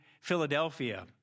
Philadelphia